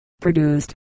produced